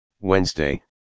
Wednesday